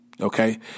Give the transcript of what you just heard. Okay